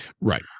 Right